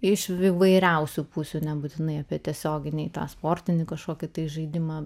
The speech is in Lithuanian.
iš įvairiausių pusių nebūtinai apie tiesioginį tą sportininko šokį tai žaidimą